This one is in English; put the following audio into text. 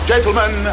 Gentlemen